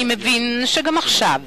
אני מבין שגם עכשיו